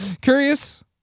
Curious